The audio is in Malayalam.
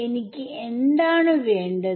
എനിക്ക് എന്താണ് വേണ്ടത്